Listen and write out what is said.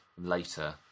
Later